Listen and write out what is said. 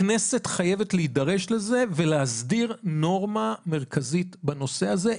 הכנסת חייבת להידרש לזה ולהסדיר נורמה מרכזית בנושא הזה,